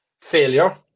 failure